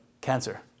cancer